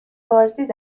بازدید